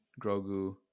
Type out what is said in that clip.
Grogu